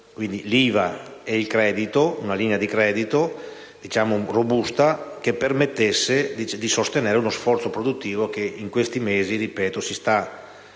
IVA e una linea di credito robusta, che permettessero di sostenere lo sforzo produttivo che in questi mesi si sta rendendo